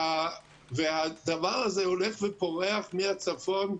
הדבר הזה, הולך ופורח מהצפון,